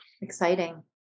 Exciting